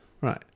Right